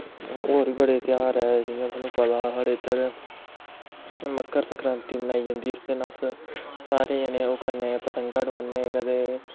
होर बी बड़े तेहार ऐ जि'यां तुआनू पता ऐ साढ़े इद्धर मक्कर संकरांती मनाई जंदी इस दिन अस सारे जनें ओह् करने पतंगां डोआने कदैं